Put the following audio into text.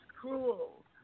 cruel